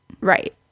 Right